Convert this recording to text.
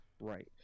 right